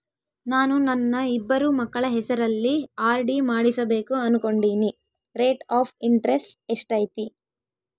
ನಾನು ನನ್ನ ಇಬ್ಬರು ಮಕ್ಕಳ ಹೆಸರಲ್ಲಿ ಆರ್.ಡಿ ಮಾಡಿಸಬೇಕು ಅನುಕೊಂಡಿನಿ ರೇಟ್ ಆಫ್ ಇಂಟರೆಸ್ಟ್ ಎಷ್ಟೈತಿ?